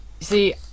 see